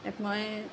মই